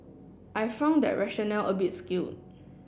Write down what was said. I found that rationale a bit skew